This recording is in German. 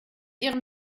ihrem